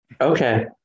Okay